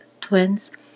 twins